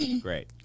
great